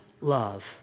love